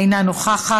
אינה נוכחת.